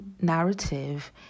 narrative